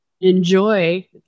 enjoy